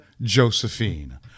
Josephine